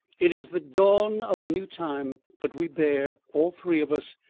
it is the dawn of the new time, but we bear, all three of us,